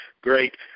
great